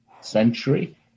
century